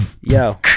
Yo